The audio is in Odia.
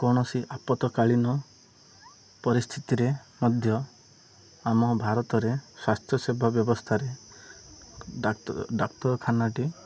କୌଣସି ଆପତକାଳୀନ ପରିସ୍ଥିତିରେ ମଧ୍ୟ ଆମ ଭାରତରେ ସ୍ୱାସ୍ଥ୍ୟ ସେବା ବ୍ୟବସ୍ଥାରେ ଡାକ୍ତରଖାନାଟି